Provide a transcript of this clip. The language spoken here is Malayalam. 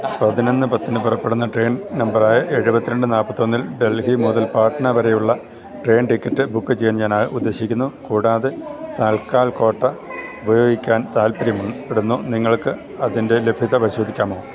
പതിനൊന്ന് പത്തിന് പുറപ്പെടുന്ന ട്രേയ്ൻ നമ്പറായ എഴുപത്തിരണ്ട് നാല്പ്പത്തിയൊന്നിൽ ഡൽഹി മുതൽ പാട്ന വരെയുള്ള ട്രേയ്ൻ ടിക്കറ്റ് ബുക്ക് ചെയ്യാൻ ഞാന് ഉദ്ദേശിക്കുന്നു കൂടാതെ തൽക്കാൽ കോട്ട ഉപയോഗിക്കാൻ താൽപ്പര്യപ്പെടുന്നു നിങ്ങൾക്കതിന്റെ ലഭ്യത പരിശോധിക്കാമോ